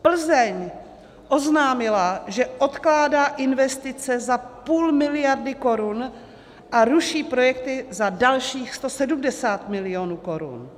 Plzeň oznámila, že odkládá investice za půl miliardy korun a ruší projekty za dalších 170 milionů korun.